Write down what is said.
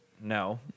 No